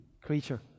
creature